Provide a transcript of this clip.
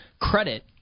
credit